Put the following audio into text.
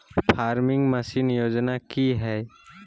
Farming machine योजना कि हैय?